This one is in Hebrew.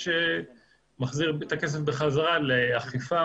מחזיר את הכסף בחזרה לאכיפה,